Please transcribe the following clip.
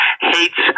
hates